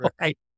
Right